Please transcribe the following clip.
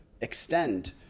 extend